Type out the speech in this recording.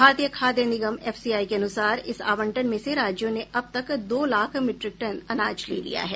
भारतीय खाद्य निगम एफसीआई के अनुसार इस आवंटन में से राज्यों ने अब तक दो लाख मीट्रिक टन अनाज ले लिया है